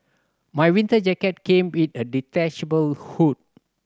my winter jacket came with a detachable hood